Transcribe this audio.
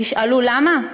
תשאלו, למה?